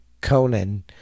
Conan